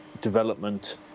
development